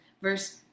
verse